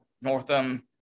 Northam